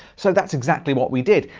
so that's exactly what we did.